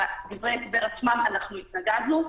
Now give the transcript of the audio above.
בדברי ההסבר עצמם התנגדנו.